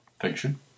Fiction